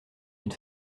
une